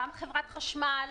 גם חברת החשמל,